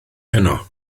heno